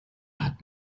hat